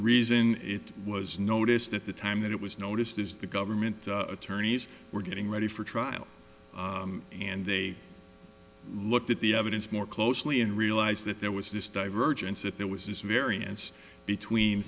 reason it was noticed at the time that it was noticed is the government attorneys were getting ready for trial and they looked at the evidence more closely and realized that there was this divergence that there was this variance between